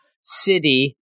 city